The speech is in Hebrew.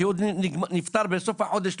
כי הוא נפטר בסוף החודש,